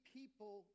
people